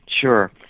Sure